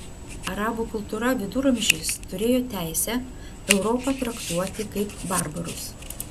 arabų kultūra viduramžiais turėjo teisę europą traktuoti kaip barbarus